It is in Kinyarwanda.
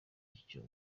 icyo